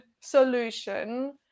solution